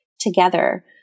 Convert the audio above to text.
together